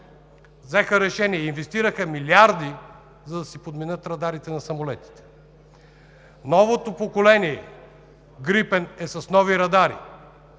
взеха решение, инвестираха милиарди, за да си подменят радарите на самолетите. Новото поколение „Грипен“ е с нови радари